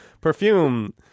perfume